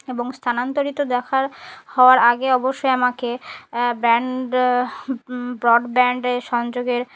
এবং স্থানান্তরিত দেখার হওয়ার আগে অবশ্যই আমাকে ব্র্যান্ড ব্রডব্যান্ডের সংযোগের